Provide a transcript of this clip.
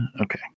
Okay